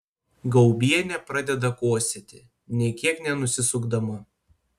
gaubienė pradeda kosėti nė kiek nenusisukdama